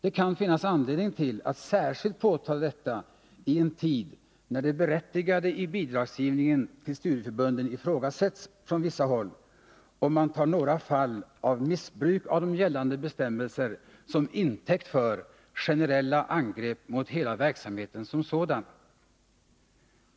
Det kan finnas anledning att särskilt påtala detta i en tid när det berättigade i bidragsgivningen till studieförbunden ifrågasätts från vissa håll och man tar några fall av missbruk av de gällande bestämmelserna som intäkt för generella angrepp mot hela verksamheten som sådan.